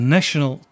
National